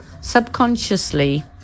subconsciously